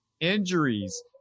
injuries